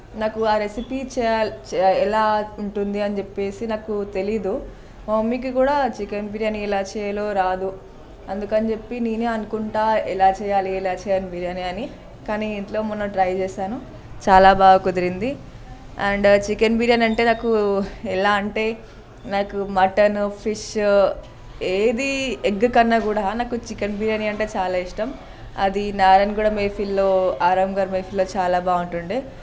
నాకు ఆ రెసిపీస్ చేయాలి ఎలా ఉంటుంది అని చెప్పేసి నాకు తెలీదు మా మమ్మీ కూడా చికెన్ బిర్యాని ఎలా చేయాలో రాదు అందుకని చెప్పి నేనే అనుకుంటా ఎలా చేయాలి ఎలా చేయాలి బిర్యానీ అని కానీ ఇంట్లో మొన్న ట్రై చేశాను చాలా బాగా కుదిరింది అండ్ చికెన్ బిర్యాని అంటే నాకు ఎలా అంటే నాకు మటన్ ఫిష్ ఏది ఎగ్ కన్నా కూడా నాకు చికెన్ బిర్యానీ అంటే చాలా ఇష్టం అది నారాయణగూడ మేఫిల్లో ఆరంగర్ బేకరీలో చాలా బాగుంటుండే